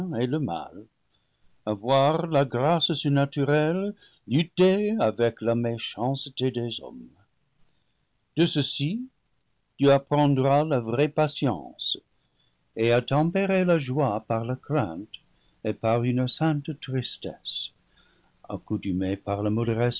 et le mal à voir la grâce surnaturelle lutter avec la mé chanceté des hommes de ceci tu apprendras la vraie patience et à tempérer la joie par la crainte et par une sainte tristesse accoutumé par la